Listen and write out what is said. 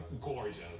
gorgeous